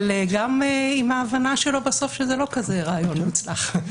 גם עם ההבנה שלו בסוף שזה לא כזה רעיון מוצלח.